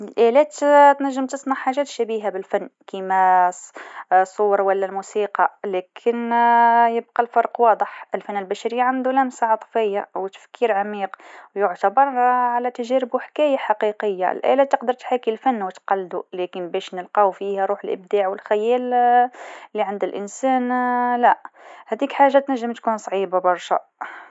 الآلات تنجم تنتج فن، لكن الفن الحقيقي هو جهد بشري. الآلات تتبع خوارزميات، بينما الفنانين يعبروا عن مشاعر وأفكار. الفن يتطلب لمسة إنسانية، ويعكس التجارب الحياتية. الآلات يمكنها تكون أداة، لكن ما تعوضش الفنان.